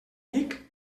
vic